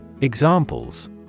examples